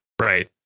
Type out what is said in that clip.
Right